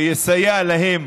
מה שיסייע להם